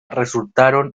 resultaron